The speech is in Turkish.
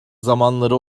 zamanları